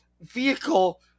vehicle